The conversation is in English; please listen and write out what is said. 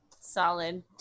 Solid